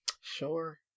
sure